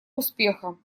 успеха